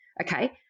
Okay